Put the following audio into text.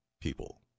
people